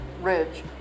Ridge